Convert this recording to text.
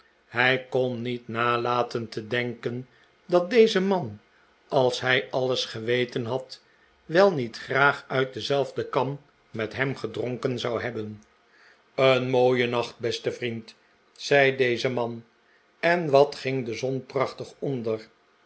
hij kon niet nalaten te denken dat deze man als hij alles geweten had wel niet graag uit dezelfde kan met hem gedronken zou hebben een mooie nacht beste vriend zei deze man en wat ging de zon prachtig onder